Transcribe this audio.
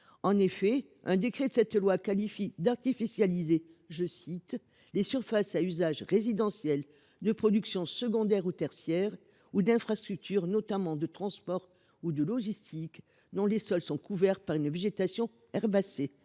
Un décret d’application de cette loi qualifie en effet d’artificialisées « les surfaces à usage résidentiel, de production secondaire ou tertiaire, ou d’infrastructures notamment de transport ou de logistique, dont les sols sont couverts par une végétation herbacée